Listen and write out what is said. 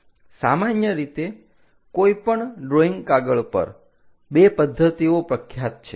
સામાન્ય રીતે કોઈ પણ ડ્રોઈંગ કાગળ પર બે પદ્ધતિઓ પ્રખ્યાત છે